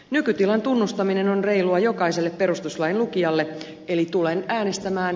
nykytilan tunnustaminen on reilua jokaiselle perustuslain lukijalle eli tulen äänestämään